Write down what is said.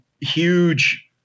huge